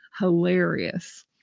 hilarious